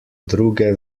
druge